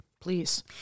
please